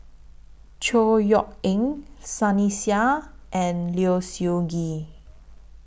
Chor Yeok Eng Sunny Sia and Low Siew Nghee